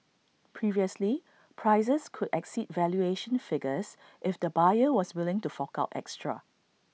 previously prices could exceed valuation figures if the buyer was willing to fork out extra